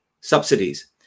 subsidies